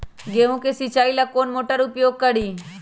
गेंहू के सिंचाई ला कौन मोटर उपयोग करी?